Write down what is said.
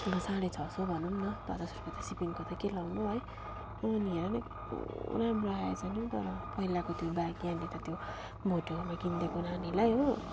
अन्त साढे छ सय भनौँ न पचास रुपियाँ त सिपिङको त के लगाउनु है अँ नि हेर न कस्तो राम्रो आएछ नि हौ तर पहिलाको त्यो ब्याग यहाँनिर त्यो भोटेकोमा किनिदिएको नानीलाई हो